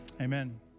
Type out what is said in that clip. Amen